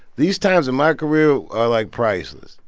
these times in my career are, like, priceless.